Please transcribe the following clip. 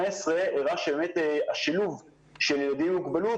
הראה שהשילוב של ילדים עם מוגבלות,